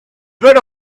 but